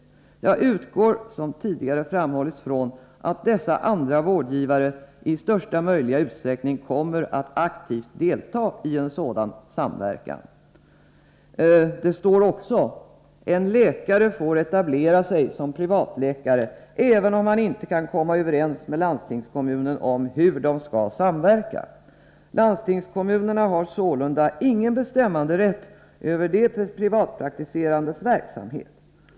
Jag utgår som tidigare framhållits från att dessa andra vårdgivare i största möjliga utsträckning kommer att aktivt 9” delta i en sådan samverkan. ——— En läkare får etablera sig som privatläkare även om han inte kan komma överens med landstingskommunen om hur de skall samverka. Landstingskommunerna har sålunda ingen bestämmanderätt över de privatpraktiserandes verksamhet.